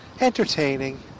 entertaining